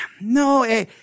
No